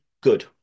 Good